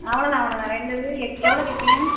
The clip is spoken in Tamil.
அவ்வளோ தான் அவ்வளோ தான் ரெண்டு இது எ எவ்வளோ கேட்பீங்க